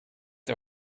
der